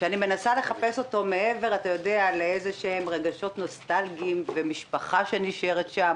שאני מנסה לחפש אותו מעבר לאיזה שהם רגשות נוסטלגיים ומשפחה שנשארת שם